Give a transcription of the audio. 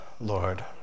Lord